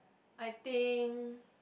I think